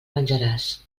menjaràs